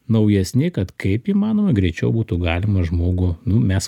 naujesni kad kaip įmanoma greičiau būtų galima žmogų nu mes